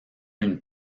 une